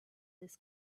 his